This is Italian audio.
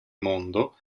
mondo